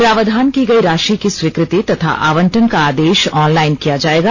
प्रावधान की गयी राशि की स्वीकृति तथा आवंटन का आदेश ऑनलाइन किया जायेगा